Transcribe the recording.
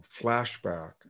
flashback